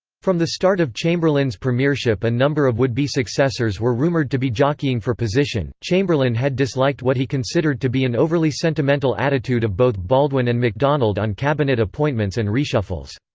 from the start of chamberlain's premiership a number of would-be successors were rumoured to be jockeying for position chamberlain had disliked what he considered to be an overly sentimental attitude of both baldwin and macdonald on cabinet appointments and reshuffles.